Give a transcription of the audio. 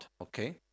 okay